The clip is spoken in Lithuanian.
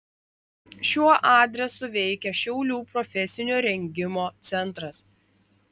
šiuo adresu veikia šiaulių profesinio rengimo centras